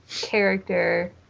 character